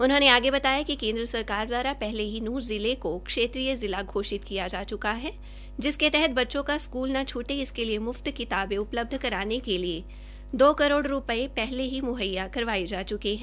उन्होंने आगे बताया कि केन्द्र सरकार दवारा पहले ही नूंह जिले को क्षेत्रीय जिला घोषित किया जा च्का है जिसके तहत बच्चों का स्कूल न छूटे इसके लिए म्फ्त किताबें उपलब्ध कराने के लिए दो करोड़ रूपये पहले ही म्हैया करवाये जा च्के है